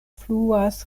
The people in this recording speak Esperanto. fluas